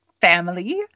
family